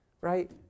right